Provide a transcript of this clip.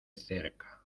cerca